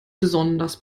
besonders